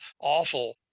awful